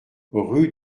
rue